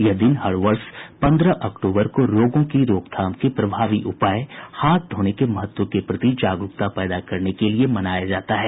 यह दिन हर वर्ष पंद्रह अक्तूबर को रोगों की रोकथाम के प्रभावी उपाय हाथ धोने के महत्व के प्रति जागरूकता पैदा करने के लिए मनाया जाता है